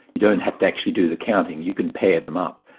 you don't have to actually do the counting, you can pair them up.